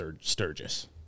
Sturgis